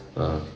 a'ah